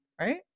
Right